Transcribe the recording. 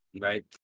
right